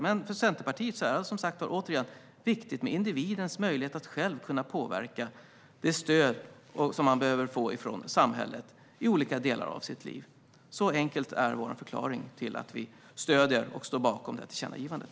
Men för Centerpartiet är det återigen viktigt med individens möjlighet att själv påverka det stöd man behöver från samhället under olika delar av livet. Så enkel är vår förklaring till att vi stöder och står bakom tillkännagivandet.